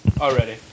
already